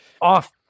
off